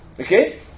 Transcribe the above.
Okay